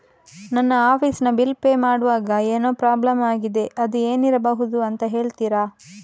ನನ್ನ ಆಫೀಸ್ ನ bill pay ಮಾಡ್ವಾಗ ಏನೋ ಪ್ರಾಬ್ಲಮ್ ಆಗಿದೆ ಅದು ಏನಿರಬಹುದು ಅಂತ ಹೇಳ್ತೀರಾ?